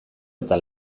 eta